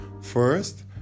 first